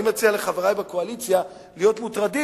אני מציע לחברי בקואליציה להיות מוטרדים,